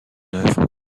œuvre